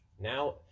Now